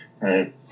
Right